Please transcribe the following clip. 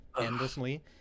endlessly